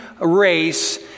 race